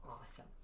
awesome